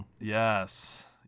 Yes